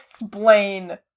explain